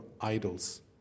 idols